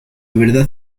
verdad